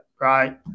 right